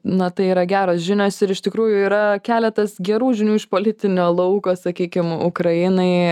na tai yra geros žinios ir iš tikrųjų yra keletas gerų žinių iš politinio lauko sakykim ukrainai